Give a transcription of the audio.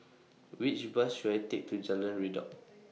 Which Bus should I Take to Jalan Redop